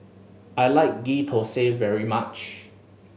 I like Ghee Thosai very much